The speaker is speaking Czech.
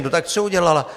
No tak co udělala?